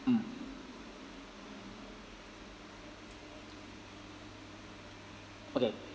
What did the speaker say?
mm okay